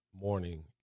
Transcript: morning